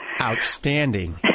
Outstanding